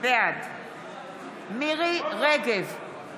בעד מירי מרים רגב,